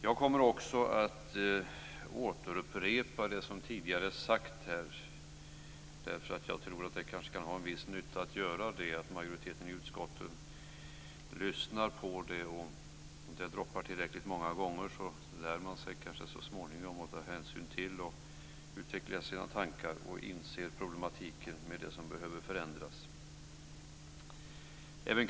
Jag kommer att upprepa det som tidigare sagts här därför att jag tror att det kanske kan vara av viss nytta att göra det - att majoriteten i utskottet lyssnar på det. Om det droppar tillräckligt många gånger lär man sig så småningom att ta hänsyn till det, utvecklar sina tankar och inser problematiken med vad som behöver förändras. Fru talman!